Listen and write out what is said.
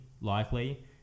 likely